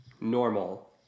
normal